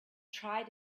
tried